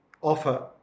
offer